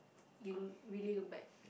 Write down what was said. you really look back